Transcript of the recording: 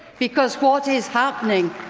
because, what is happening,